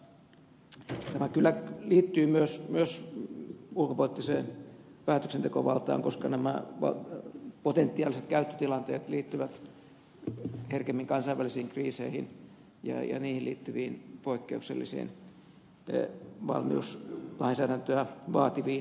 tämä kyllä liittyy myös ulkopoliittiseen päätöksentekovaltaan koska nämä potentiaaliset käyttötilanteet liittyvät herkemmin kansainvälisiin kriiseihin ja niihin liittyviin poikkeuksellisiin valmiuslainsäädäntöä vaativiin tilanteisiin